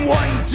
one